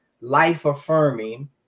life-affirming